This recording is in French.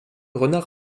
renard